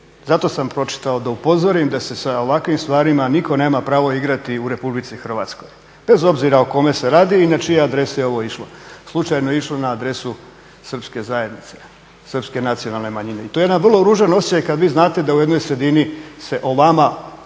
Zato sam pročitao, da upozorim da se sa ovakvim stvarima nitko nema pravo igrati u RH. Bez obzira o kome se radi i na čiju je adresu ovo išlo. Slučajno je išlo na adresu srpske zajednice, srpske nacionalne manjine. I to je jedan vrlo ružan osjećaj kada vi znate da u jednoj sredini se o vama ovakvo